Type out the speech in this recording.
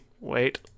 Wait